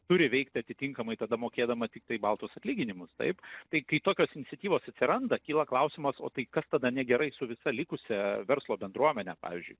turi veikti atitinkamai tada mokėdama tiktai baltus atlyginimus taip tai kai tokios iniciatyvos atsiranda kyla klausimas o tai kas tada negerai su visa likusia verslo bendruomene pavyzdžiui